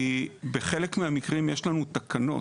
כי בחלק מהמקרים יש לנו תקנות,